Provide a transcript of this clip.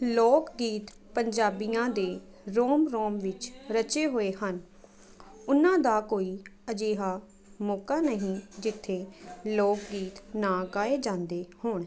ਲੋਕ ਗੀਤ ਪੰਜਾਬੀਆਂ ਦੇ ਰੋਮ ਰੋਮ ਵਿੱਚ ਰਚੇ ਹੋਏ ਹਨ ਉਹਨਾਂ ਦਾ ਕੋਈ ਅਜਿਹਾ ਮੌਕਾ ਨਹੀਂ ਜਿੱਥੇ ਲੋਕ ਗੀਤ ਨਾ ਗਾਏ ਜਾਂਦੇ ਹੋਣ